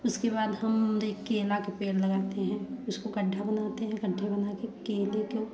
उसके बाद हम केला के पेड़ लगते हैं उसको गड्ढा बनाते हैं गड्ढा बना के केले को